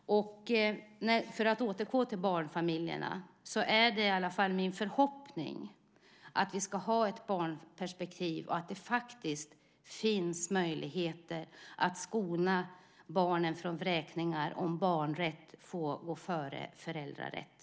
För att återgå till barnfamiljerna är det i alla fall min förhoppning att vi ska ha ett barnperspektiv och att det finns möjligheter att skona barnen från vräkningar om barnrätt får gå före föräldrarätt.